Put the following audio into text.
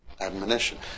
Admonition